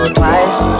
twice